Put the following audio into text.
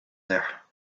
there